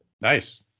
Nice